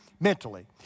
mentally